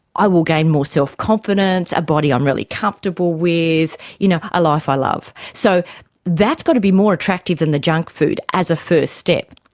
i will gain more self-confidence, a body i'm really comfortable comfortable with, you know a life i love. so that's got to be more attractive than the junk food as a first step.